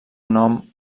nom